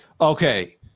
Okay